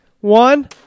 one